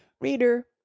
Reader